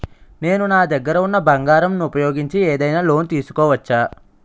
నేను నా దగ్గర ఉన్న బంగారం ను ఉపయోగించి ఏదైనా లోన్ తీసుకోవచ్చా?